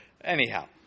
anyhow